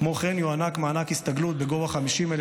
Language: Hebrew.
כמו כן יוענק מענק הסתגלות בגובה 50,000